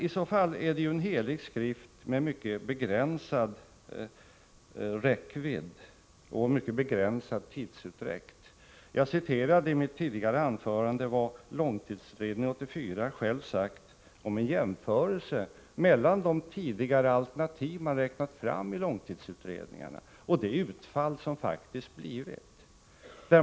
I så fall är den en helig skrift med mycket begränsad räckvidd och mycket begränsad giltighet tidsmässigt. Jag citerade i mitt tidigare anförande vad 1984 års långtidsutredning själv har sagt om en jämförelse mellan de alternativ som man tidigare räknat fram i långtidsutredningarna och det faktiska utfallet.